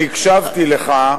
חבר הכנסת איתן כבל, אני הקשבתי לך,